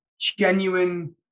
genuine